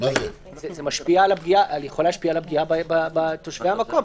זה יכול להשפיע על הפגיעה בתושבי המקום.